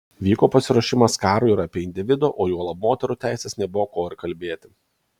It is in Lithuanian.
vyko pasiruošimas karui ir apie individo o juolab moterų teises nebuvo ko ir kalbėti